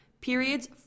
Periods